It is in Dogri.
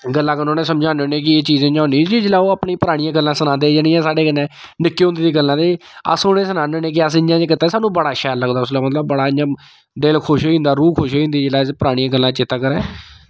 गल्लां कन्नै उ'नेंगी समझाने होन्ने कि एह् चीज़ इ'यां होंदी इ'यै जिसलै ओह् अपनी परानियां गल्लां सनांदे कि जेह्ड़ियां साढ़े कन्नै निक्के होंदे दियां गल्लां अस उ'नेंगी सनान्ने होन्ने कि असें इ'यां इ'यां कीता सानूं बड़ा शैल लगदा उसलै मतलब बड़ा इ'यां दिल खुश होई जंदा रूह खुश होई जंदी जिसलै अस परानियां गल्लां चेतै करै